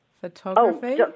photography